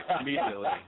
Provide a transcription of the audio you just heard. immediately